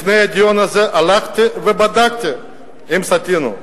לפני הדיון הזה הלכתי ובדקתי אם סטינו,